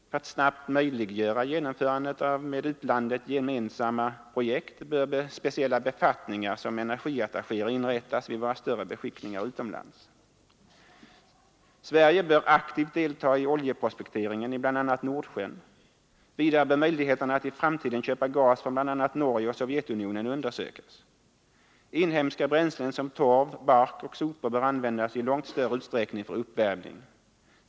För att snabbt möjliggöra genomförandet av med utlandet gemensamma projekt bör speciella befattningar som energiattachéer inrättas vid våra större beskickningar utomlands. Sverige bör aktivt delta i oljeprospekteringen i bl.a. Nordsjön. Vidare bör möjligheterna att i framtiden köpa gas från bl.a. Norge och Sovjetunionen undersökas. Inhemska bränslen som torv, bark och sopor bör användas i långt större utsträckning för uppvärmning.